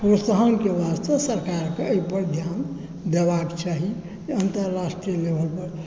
प्रोत्साहनकेँ वास्ते सरकारके एहि पर ध्यान देबाक चाही जे अन्तर्राष्ट्रीय लेवल पर